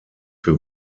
für